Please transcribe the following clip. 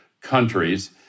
countries